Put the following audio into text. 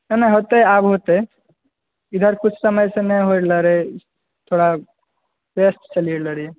नहि नहि होतै आब होतै इधर कुछ समय से नहि होइ लए रहै थोड़ा व्यस्त छलियै